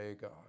God